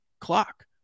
clock